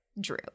Drew